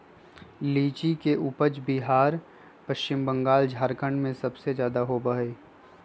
लीची के उपज बिहार पश्चिम बंगाल झारखंड में सबसे ज्यादा होबा हई